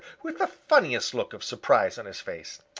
with the funniest look of surprise on his face.